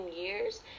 years